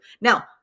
Now